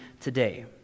today